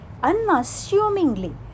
Unassumingly